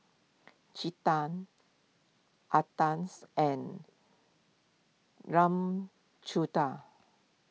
Chetan and Ramchundra